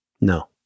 No